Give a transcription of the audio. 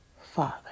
Father